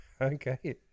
Okay